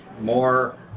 more